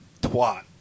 twat